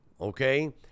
okay